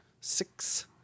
six